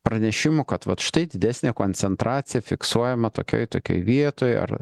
pranešimų kad vat štai didesnė koncentracija fiksuojama tokioj tokioj vietoj ar